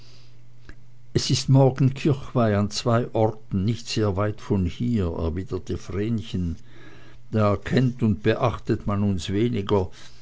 es ist morgen kirchweih an zwei orten nicht sehr weit von hier erwiderte vrenchen da kennt und beachtet man uns weniger